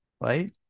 right